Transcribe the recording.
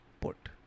put